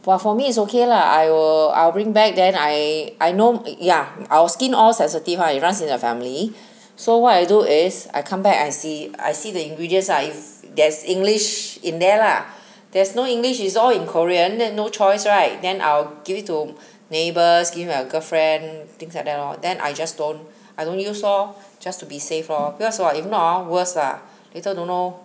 but for me is okay lah I will I will bring back then I I know ya our skin all sensitive [one] it runs in the family so what I do is I come back and see I see the ingredients ah if there's english in there lah there's no english is all in korean then no choice right then I will give it to neighbours give my girlfriend things like that lor then I just don't I don't use lor just to be safe lor because if not orh worse ah later don't know